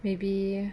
maybe